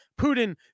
Putin